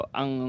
ang